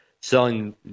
selling